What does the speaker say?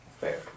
Fair